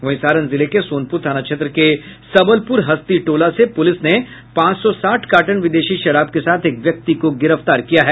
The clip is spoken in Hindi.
वहीं सारण जिले के सोनपुर थाना क्षेत्र के सबलपुर हस्ती टोला से पुलिस ने पांच सौ साठ कार्टन विदेशी शराब के साथ एक व्यक्ति को गिरफ्तार किया है